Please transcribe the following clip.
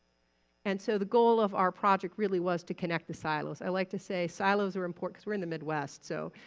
and so the goal of our project really was to connect the silos. i like to say silos are important cause we're in the midwest so,